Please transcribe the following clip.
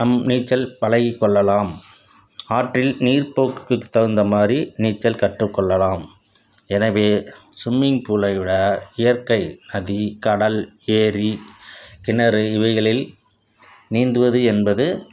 நம் நீச்சல் பழகிக் கொள்ளலாம் ஆற்றில் நீர் போக்குக்கு தகுந்த மாரி நீச்சல் கற்றுக் கொள்ளலாம் எனவே ஸ்விம்மிங் பூலை விட இயற்கை நதி கடல் ஏரி கிணறு இவைகளில் நீந்துவது என்பது